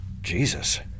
Jesus